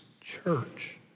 church